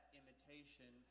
imitation